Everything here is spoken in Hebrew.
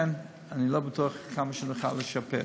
ולכן אני לא בטוח כמה נוכל לשפר.